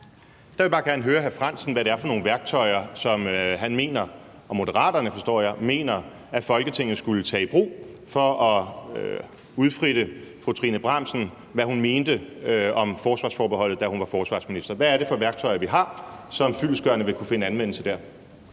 Der vil jeg bare gerne høre hr. Henrik Frandsen, hvad det er for nogle værktøjer, som han og Moderaterne, forstår jeg, mener at Folketinget skulle tage i brug for at udfritte fru Trine Bramsen, med hensyn til hvad hun mente om forsvarsforbeholdet, da hun var forsvarsminister. Hvad er det for værktøjer, vi har, som fyldestgørende vil kunne finde anvendelse der?